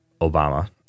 Obama